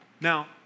Now